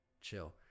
chill